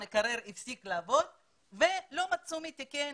המקרר הפסיק לעבוד ולא מצאו מי תיקן